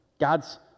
God's